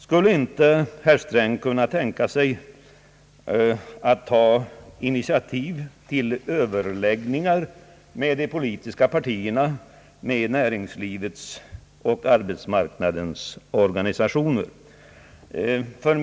Skulle inte herr Sträng kunna tänka sig att ta initiativ till överläggningar med de politiska partierna, med näringslivets och arbetsmarknadens organisationer?